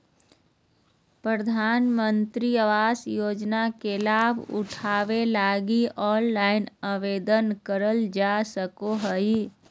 प्रधानमंत्री आवास योजना के लाभ उठावे लगी ऑनलाइन आवेदन करल जा सको हय